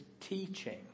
teaching